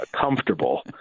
comfortable